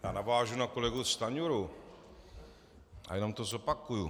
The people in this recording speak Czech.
Já navážu na kolegu Stanjuru a jenom to zopakuju.